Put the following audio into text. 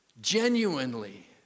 genuinely